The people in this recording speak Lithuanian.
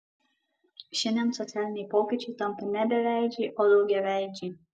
šiandien socialiniai pokyčiai tampa ne beveidžiai o daugiaveidžiai